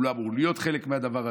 הוא לא אמור להיות חלק מהדבר הזה.